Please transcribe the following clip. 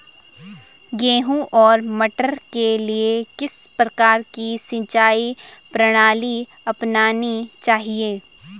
गेहूँ और मटर के लिए किस प्रकार की सिंचाई प्रणाली अपनानी चाहिये?